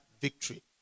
victory